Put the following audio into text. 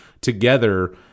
together